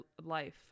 life